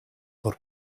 por